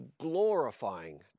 glorifying